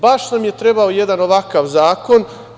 Baš nam je trebao jedan ovakav zakon.